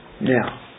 Now